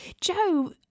Joe